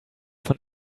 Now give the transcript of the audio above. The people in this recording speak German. von